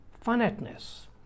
finiteness